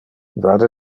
vade